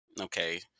Okay